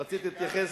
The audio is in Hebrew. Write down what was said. רציתי להתייחס,